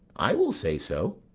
i will say so.